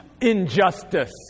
injustice